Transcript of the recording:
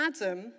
Adam